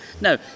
No